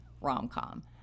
rom-com